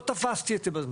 לא תפסתי את זה בזמן.